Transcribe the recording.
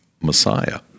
Messiah